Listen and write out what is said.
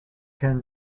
can